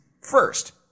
First